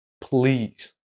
Please